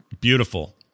Beautiful